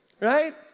Right